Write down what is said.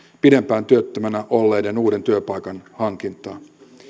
pidempään työttömänä olleiden uuden työpaikan hankintaa